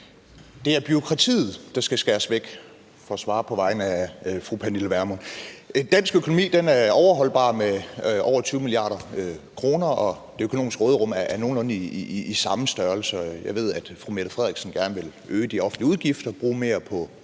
Det er bureaukratiet, der skal skæres væk – for at svare på vegne af fru Pernille Vermund. Dansk økonomi er overholdbar med over 20 mia. kr., og det økonomiske råderum er nogenlunde i samme størrelse. Jeg ved, at fru Mette Frederiksen gerne vil øge de offentlige udgifter og bruge mere på